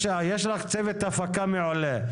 יש לך צוות הפה מעולה.